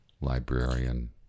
librarian